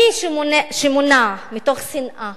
מי שמונע משנאה